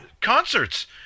concerts